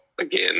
again